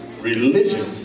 Religion